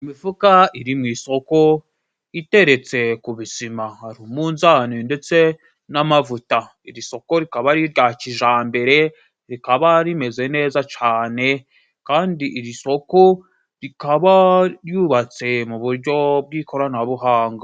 Imifuka iri mu isoko iteretse ku bisima, hari umunzani ndetse n'amavuta, iri soko rikaba ari irya kijambere rikaba rimeze neza cane kandi iri soko rikaba ryubatse mu buryo bw'ikoranabuhanga.